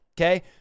Okay